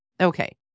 Okay